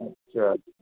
اچھا